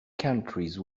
countries